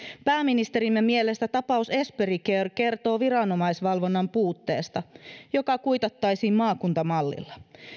pääministerimme mielestä tapaus esperi care kertoo viranomaisvalvonnan puutteesta joka kuitattaisiin maakuntamallilla